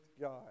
God